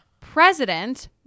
President